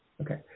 Okay